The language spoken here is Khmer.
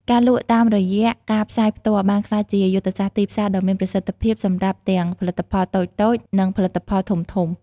ការលក់តាមរយៈការផ្សាយផ្ទាល់បានក្លាយជាយុទ្ធសាស្ត្រទីផ្សារដ៏មានប្រសិទ្ធភាពសម្រាប់ទាំងផលិតផលតូចៗនិងផលិតផលធំៗ។